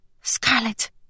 Scarlet